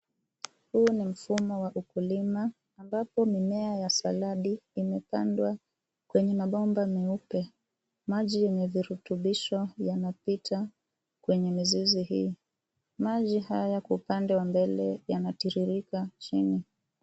Huu ni mfumo wa ukulima ambapo mimea ya saladi imepandwa kwenye mabomba meupe. Maji yenye virutubisho yanapita kwenye mizizi hii. Maji haya yako upande wa mbele yanatiririka chini.